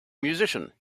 musician